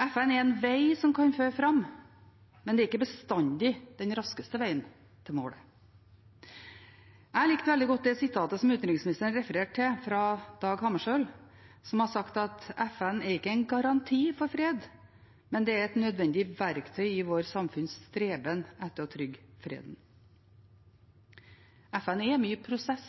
FN er en veg som kan føre fram, men det er ikke bestandig den raskeste vegen til målet. Jeg liker veldig godt det sitatet fra Dag Hammarskjöld som utenriksministeren refererte til. Han har sagt at FN ikke er en garanti for fred, men det er et nødvendig verktøy i vårt samfunns streben etter å trygge freden. FN er mye prosess,